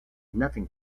nothing